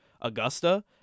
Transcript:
Augusta